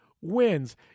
wins